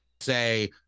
say